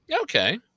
Okay